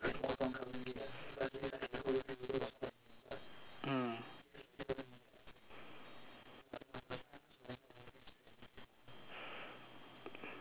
mm